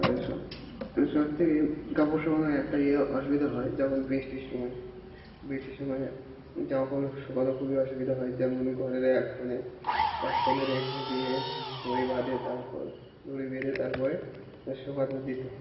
এ সব সব থেকে কাপড় শুকানো একটাই ই অসুবিধা হয় যেমন বৃষ্টির সময় বৃষ্টির সময় জামা কাপড় শুকানো খুবই অসুবিধা হয় যেমন ঘরের এক কোণে এক কোণে রেখে দিয়ে দড়ি বাঁধে তারপর দড়ি বেঁধে তারপরে শুকাতে দিতে হয়